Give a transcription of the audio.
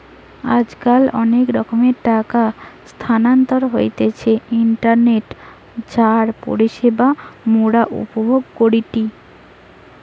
আজকাল অনেক রকমের টাকা স্থানান্তর হতিছে ইন্টারনেটে যার পরিষেবা মোরা উপভোগ করিটি